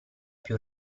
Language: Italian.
più